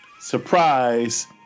Surprise